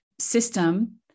System